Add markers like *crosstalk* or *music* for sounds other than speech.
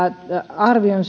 arvion *unintelligible*